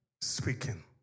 speaking